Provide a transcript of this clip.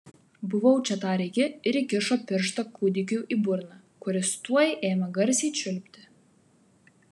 buvau čia tarė ji ir įkišo pirštą kūdikiui į burną kuris tuoj ėmė garsiai čiulpti